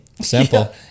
simple